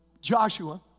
Joshua